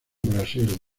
brasil